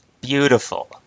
beautiful